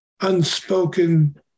unspoken